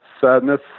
sadness